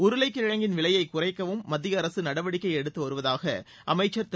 உருளைக் கிழங்கின் விலைனய குறைக்கவும் மத்திய அரசு நடவடிக்கை எடுத்து வருவதாக அமைச்சர் திரு